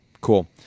Cool